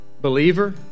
Believer